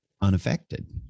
unaffected